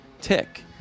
tick